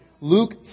Luke